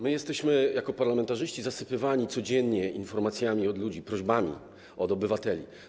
My jesteśmy jako parlamentarzyści zasypywani codziennie informacjami od ludzi, prośbami od obywateli.